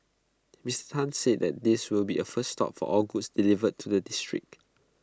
Mister Tan said that this will be A first stop for all goods delivered to the district